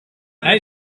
hij